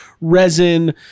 resin